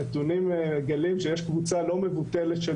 הנתונים מגלים שיש קבוצה לא מבוטלת של